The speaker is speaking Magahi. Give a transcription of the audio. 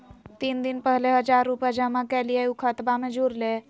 तीन दिन पहले हजार रूपा जमा कैलिये, ऊ खतबा में जुरले?